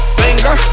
finger